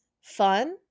fun